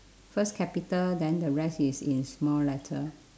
first capital then the rest is in small letter